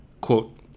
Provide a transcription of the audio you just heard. quote